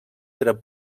dret